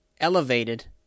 elevated